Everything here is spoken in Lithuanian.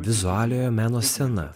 vizualiojo meno scena